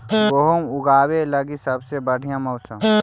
गेहूँ ऊगवे लगी सबसे बढ़िया मौसम?